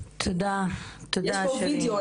יש פה וידאו,